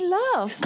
love